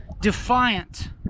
defiant